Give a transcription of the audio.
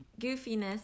goofiness